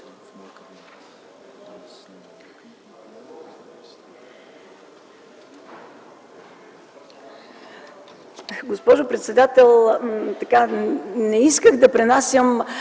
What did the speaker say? Госпожо председател, не исках да пренасям